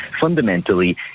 Fundamentally